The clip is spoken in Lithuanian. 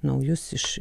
naujus iš